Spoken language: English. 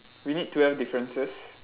we need twelve differences